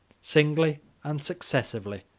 singly and successively,